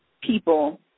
people